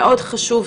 מאוד חשוב,